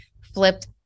flipped